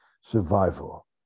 survival